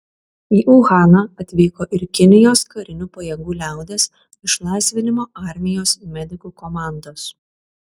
į uhaną atvyko ir kinijos karinių pajėgų liaudies išlaisvinimo armijos medikų komandos